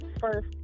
first